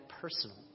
personal